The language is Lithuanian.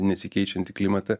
nesikeičiantį klimatą